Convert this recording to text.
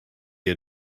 you